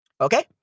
Okay